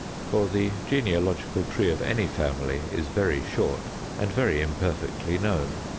for the genealogical tree of any family is very short and very imperfectly known,